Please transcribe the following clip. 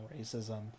racism